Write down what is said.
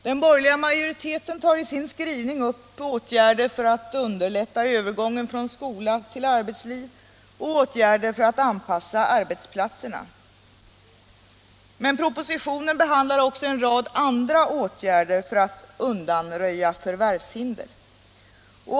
Den borgerliga majoriteten tar i sin skrivning upp åtgärder för att underlätta övergången från skola till arbetsliv och för att anpassa arbetsplatserna. Men propositionen behandlar också en rad andra åtgärder för att undanröja förvärvshinder.